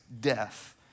death